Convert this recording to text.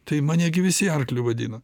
tai mane gi visi arkliu vadino